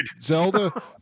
Zelda